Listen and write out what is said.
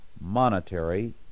monetary